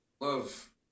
love